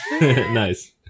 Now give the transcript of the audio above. Nice